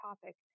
topic